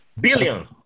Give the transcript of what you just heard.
billion